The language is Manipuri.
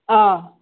ꯑꯥ